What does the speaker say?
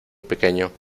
pequeño